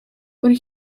but